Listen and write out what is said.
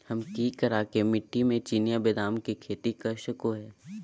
हम की करका मिट्टी में चिनिया बेदाम के खेती कर सको है?